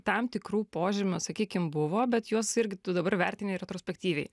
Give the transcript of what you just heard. tam tikrų požymių sakykim buvo bet juos irgi tu dabar vertini retrospektyviai